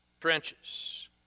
trenches